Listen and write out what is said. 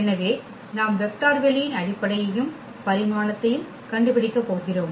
எனவே நாம் வெக்டர் வெளியின் அடிப்படையையும் பரிமாணத்தையும் கண்டுபிடிக்க போகிறோம்